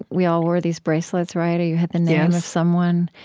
we all wore these bracelets, right, or you had the name of someone?